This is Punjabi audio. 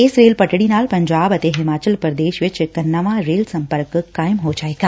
ਇਸ ਰੇਲ ਪੱਟੜੀ ਨਾਲ ਪੰਜਾਬ ਅਤੇ ਹਿਮਾਚਲ ਪੁਦੇਸ਼ ਵਿਚ ਇਕ ਨਵਾਂ ਰੇਲ ਸੰਪਰਕ ਕਾਇਮ ਹੋ ਜਾਵੇਗਾ